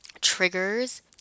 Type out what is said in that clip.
triggers